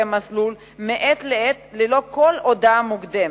המסלול מעת לעת ללא כל הודעה מוקדמת.